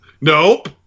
Nope